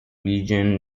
region